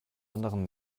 anderen